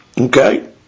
Okay